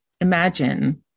imagine